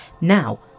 Now